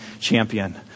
champion